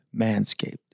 Manscaped